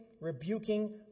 rebuking